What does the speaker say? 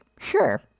sure